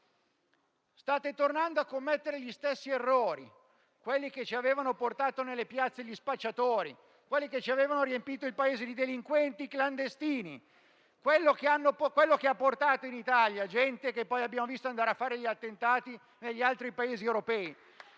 State tornando a commettere gli stessi errori, quelli che ci avevano portato nelle piazze gli spacciatori; quelli che ci avevano riempito il Paese di delinquenti clandestini; quelli che hanno portato in Italia gente che poi abbiamo visto andare a fare gli attentati negli altri Paesi europei.